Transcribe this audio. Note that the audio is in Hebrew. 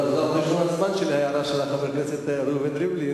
זו הערה של חבר הכנסת ראובן ריבלין,